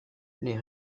les